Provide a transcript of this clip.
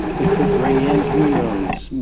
that could bring in, who knows,